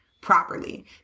properly